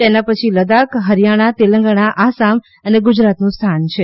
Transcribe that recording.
તેના પછી લદાખ હરિયાણા તેલંગાણા આસામ અને ગુજરાતનો સ્થાન છે